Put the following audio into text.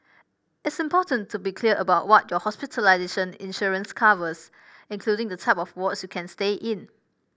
it's important to be clear about what your hospitalization insurance covers including the type of wards you can stay in